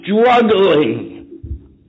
struggling